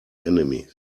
enemies